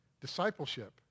Discipleship